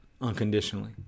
unconditionally